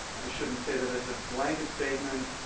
i shouldn't say that as a blanket statement.